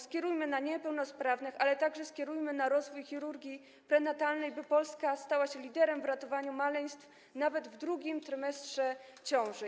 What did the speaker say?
Skierujmy środki na niepełnosprawnych, ale także skierujmy je na rozwój chirurgii prenatalnej, by Polska stała się liderem w ratowaniu maleństw, nawet w drugim trymestrze ciąży.